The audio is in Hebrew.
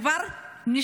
היא כבר נשכחה.